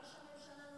ראש הממשלה לא,